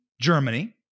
Germany